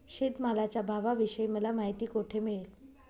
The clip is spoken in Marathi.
शेतमालाच्या भावाविषयी मला माहिती कोठे मिळेल?